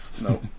no